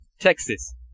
Texas